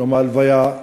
יום ההלוויה,